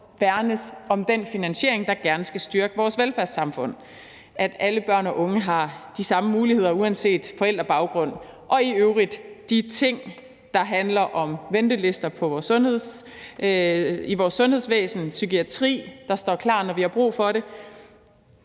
værnes om den finansiering, der gerne skal styrke vores velfærdssamfund. At alle børn og unge har de samme muligheder uanset forældrebaggrund og i øvrigt de ting, der handler om ventelister i vores sundhedsvæsen, og en psykiatri, der står klar, når vi har brug for det,